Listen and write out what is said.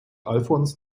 alfons